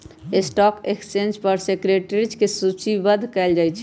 stock exchange पर securities के सूचीबद्ध कयल जाहइ